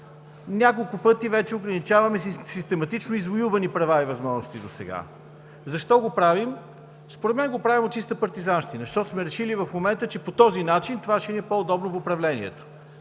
Няколко пъти вече ограничаваме систематично извоювани права и възможности досега. Защо го правим? Според мен го правим от чиста партизанщина, защото в момента сме решили, че по този начин това ще ни е по удобно в управлението.